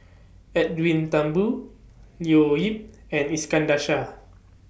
Edwin Thumboo Leo Yip and Iskandar Shah